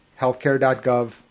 healthcare.gov